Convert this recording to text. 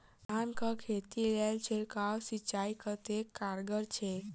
धान कऽ खेती लेल छिड़काव सिंचाई कतेक कारगर छै?